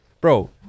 bro